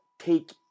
take